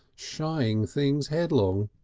shying things headlong.